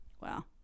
Wow